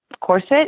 corset